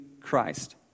Christ